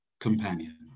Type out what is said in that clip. companion